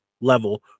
level